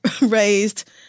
raised